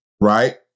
right